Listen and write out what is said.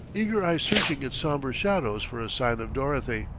eager eyes searching its somber shadows for a sign of dorothy.